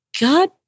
god